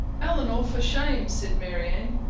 elinor, for shame! said marianne,